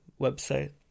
website